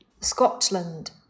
Scotland